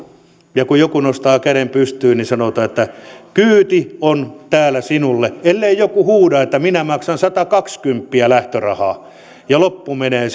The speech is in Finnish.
kun joku nostaa käden pystyyn niin sanotaan että kyyti on täällä sinulle ellei joku huuda että minä maksan satakaksikymppiä lähtörahaa ja loppu menee